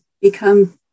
become